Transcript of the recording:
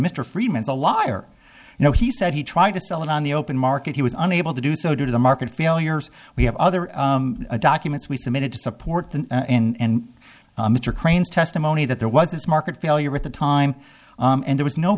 mr freeman is a liar you know he said he tried to sell it on the open market he was unable to do so due to the market failures we have other documents we submitted to support that and mr crane's testimony that there was this market failure at the time and there was no